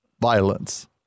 violence